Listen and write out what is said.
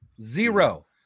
zero